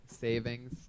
savings